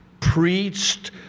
preached